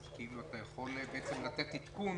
אז אתה יכול לתת עדכון